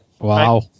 Wow